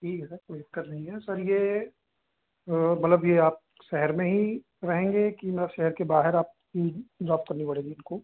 ठीक है सर कोई दिक़्क़त नहीं है सर यह मतलब यह आप शहर में ही रहेंगे कि मतलब शहर के बाहर आपकी जॉब करनी पड़ेगी उनको